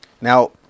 Now